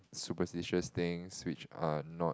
superstitious things which are not